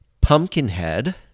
Pumpkinhead